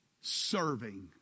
serving